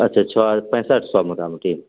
अच्छा छऽ पैंसठ सए मोटा मोटी